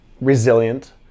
resilient